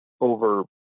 over